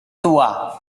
tua